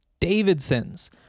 Davidson's